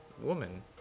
woman